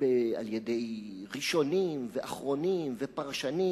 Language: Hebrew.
על-ידי ראשונים ואחרונים ופרשנים,